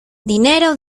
dinero